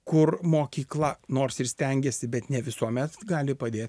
kur mokykla nors ir stengėsi bet ne visuomet gali padėt